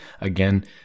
again